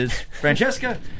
Francesca